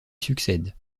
succède